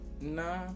Nah